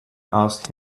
asked